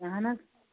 اہن حظ